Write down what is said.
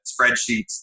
spreadsheets